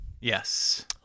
Yes